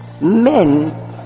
men